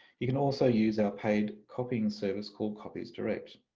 you can also use our paid copying service called copies direct.